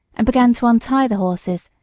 and began to untie the horses,